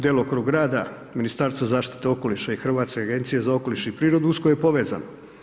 Djelokrug rada Ministarstva zaštite okoliša i Hrvatske agencije za okoliš i prirodu usko je povezan.